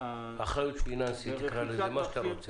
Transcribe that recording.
אחריות פיננסית תקרא לזה, מה שאתה רוצה.